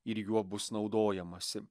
ir juo bus naudojamasi